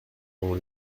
ont